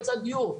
היצע דיור.